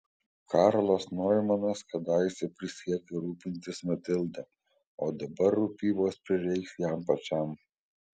karlas noimanas kadaise prisiekė rūpintis matilda o dabar rūpybos prireiks jam pačiam